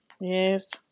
Yes